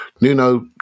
Nuno